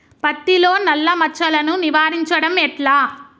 పత్తిలో నల్లా మచ్చలను నివారించడం ఎట్లా?